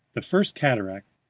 the first cataract,